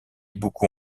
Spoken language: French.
beaucoup